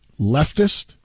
leftist